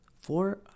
four